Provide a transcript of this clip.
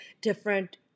different